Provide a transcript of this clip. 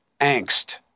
angst